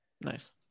nice